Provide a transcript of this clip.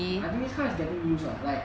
I know it's kind of getting use [what] like